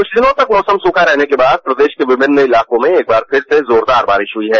कुछ दिनों तक मौसम सूखा रहने के बाद प्रदेश के विभिन्न इलाकों में एक बार फिर से जोरदार बारिश हुई है